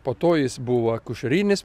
po to jis buvo akušerinis